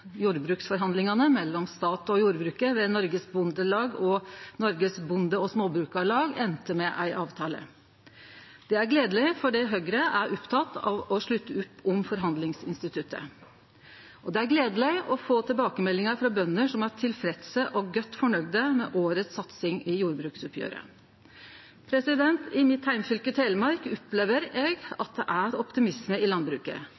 jordbruksforhandlingane mellom staten og jordbruket, ved Norges Bondelag og Norsk Bonde- og Småbrukarlag, enda med ei avtale. Det er gledeleg fordi Høgre er oppteke av å slutte opp om forhandlingsinstituttet. Det er gledeleg å få tilbakemeldingar frå bønder som er tilfredse og godt fornøgde med årets satsing i jordbruksoppgjeret. I mitt heimfylke, Telemark, opplever eg at det er optimisme i landbruket.